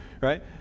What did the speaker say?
right